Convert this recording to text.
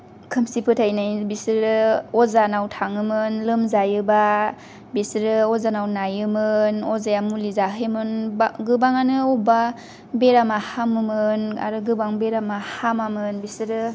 खोमसि फोथायनाय बिसोरो अजानाव थाङोमोन लोमजायोबा बिसोरो अजानाव नायोमोन अजाया मुलि जाहोयोमोन बा गोबाङानो अब्बा बेरामा हामोमोन आरो गोबां बेरामा हामामोन बिसोरो